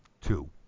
two